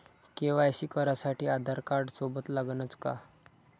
KYC करासाठी आधारकार्ड सोबत लागनच का?